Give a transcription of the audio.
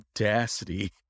audacity